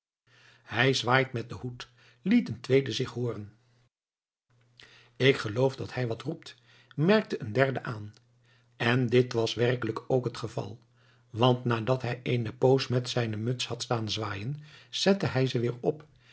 hij zwaait met den hoed liet een tweede zich hooren ik geloof dat hij wat roept merkte een derde aan en dit was werkelijk ook het geval want nadat hij eene poos met zijne muts had staan zwaaien zette hij ze weer op